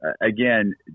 again